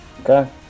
Okay